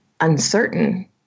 uncertain